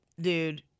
dude